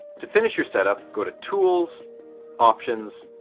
to finish your setup go to tools options